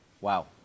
Wow